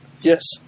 Yes